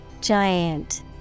Giant